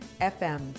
FM